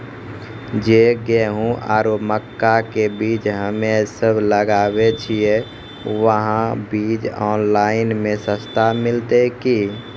जे गेहूँ आरु मक्का के बीज हमे सब लगावे छिये वहा बीज ऑनलाइन मे सस्ता मिलते की?